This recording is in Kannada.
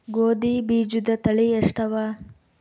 ಗೋಧಿ ಬೀಜುದ ತಳಿ ಎಷ್ಟವ?